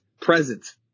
present